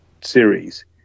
series